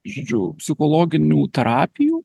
žodžiu psichologinių terapijų